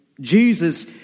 Jesus